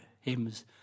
hymns